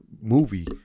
movie